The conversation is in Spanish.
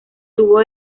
tubo